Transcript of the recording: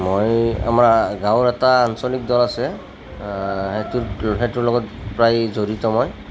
মই আমাৰ গাঁৱৰ এটা আঞ্চলিক দল আছে সেইটোৰ লগত প্ৰায় জড়িত মই